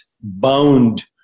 bound